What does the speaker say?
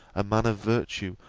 a man of virtue,